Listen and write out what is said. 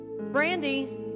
Brandy